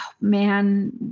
man